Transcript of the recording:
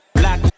black